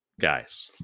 guys